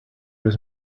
does